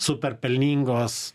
super pelningos